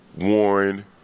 Warren